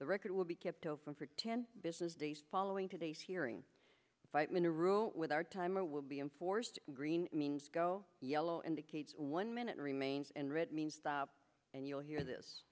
the record will be kept open for ten business days following today's hearing by monroe with our timer will be inforced green means go yellow indicates one minute remains and red means stop and you'll hear this